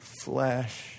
flesh